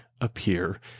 appear